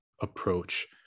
approach